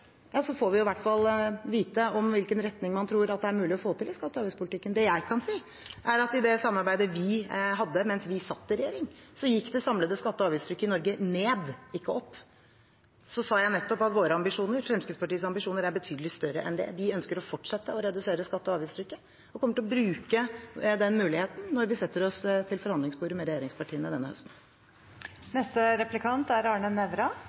får vi i hvert fall vite hvilken retning man tror det er mulig å få til i skatte- og avgiftspolitikken. Det jeg kan si, er at i det samarbeidet vi hadde mens vi satt i regjering, gikk det samlede skatte- og avgiftstrykket i Norge ned, ikke opp. Så sa jeg nettopp at våre ambisjoner, Fremskrittspartiets ambisjoner, er betydelig større enn det. Vi ønsker å fortsette å redusere skatte- og avgiftstrykket og kommer til å bruke den muligheten når vi setter oss til forhandlingsbordet med regjeringspartiene denne